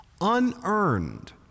unearned